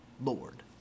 Lord